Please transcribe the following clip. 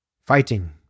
fighting